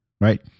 right